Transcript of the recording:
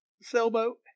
sailboat